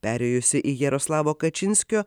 perėjusi į jaroslavo kačinskio